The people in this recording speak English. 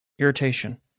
irritation